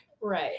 right